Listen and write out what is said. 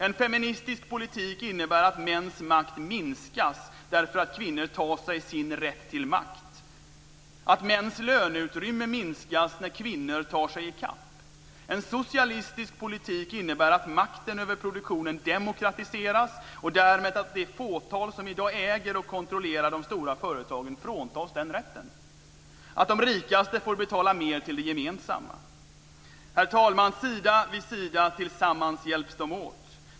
En feministisk politik innebär att mäns makt minskas därför att kvinnor tar sig sin rätt till makt och att mäns löneutrymme minskar när kvinnor tar sig i kapp. En socialistisk politik innebär att makten över produktionen demokratiseras och därmed att det fåtal som i dag äger och kontrollerar de stora företagen fråntas den makten och att de rikaste får betala mer till det gemensamma. Herr talman! Sida vid sida, tillsammans hjälps de åt.